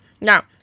Now